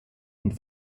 und